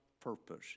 purpose